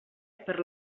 per